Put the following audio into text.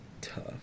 tough